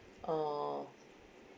oo